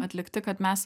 atlikti kad mes